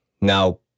Now